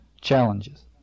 challenges